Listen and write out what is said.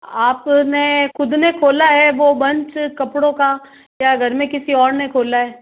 आपने खुद ने खोला है वो बंच कपड़ों का या घर में किसी और ने खोला है